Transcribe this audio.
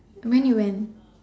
when you went